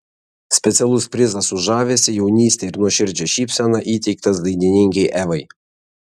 specialus prizas už žavesį jaunystę ir nuoširdžią šypseną įteiktas dainininkei evai